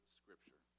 scripture